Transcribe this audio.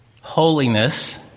holiness